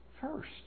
first